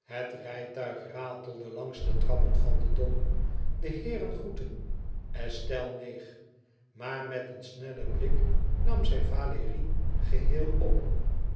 het rijtuig ratelde langs de trappen van den dom de heeren groetten estelle neeg maar met een snellen blik nam zij valérie geheel op